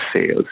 sales